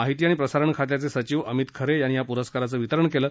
माहिती आणि प्रसारण खात्याचे सचिव अमित खरे यांनी ह्या पुरस्काराचं वितरण केलं